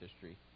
history